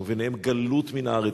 ביניהם גלות מן הארץ,